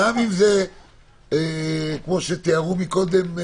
גם אם זה כמו שתיארו מקודם,